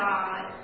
God